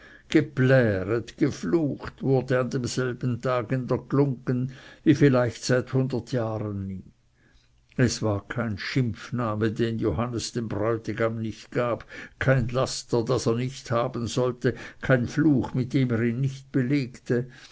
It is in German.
gepläret geflucht wurde an selbem tag in der glunggen wie vielleicht seit hundert jahren nie es war kein schimpfname den johannes dem bräutigam nicht gab kein laster das er nicht haben sollte kein fluch mit dem er ihn nicht belegte